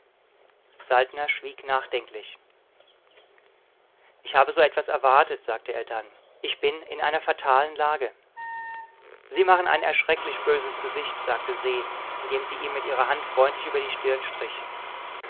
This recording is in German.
saltner schwieg nachdenklich ich habe so etwas erwartet sagte er dann ich bin in einer fatalen lage sie machen ein erschrecklich böses gesicht sagte se indem sie ihm mit ihrer hand freundlich über die stirn strich